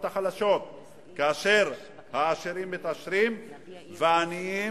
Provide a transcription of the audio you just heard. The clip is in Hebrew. החלשות בעם כאשר העשירים מתעשרים והעניים,